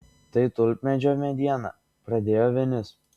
tai tulpmedžio mediena pradėjo vinis